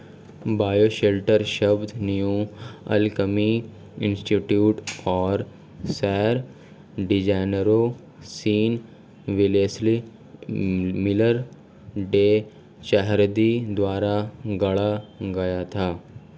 bioshelter शब्द New Alchemy Institute और सौर डिजाइनरों Sean Wellesley Miller, Day Chahroudi द्वारा गढ़ा गया था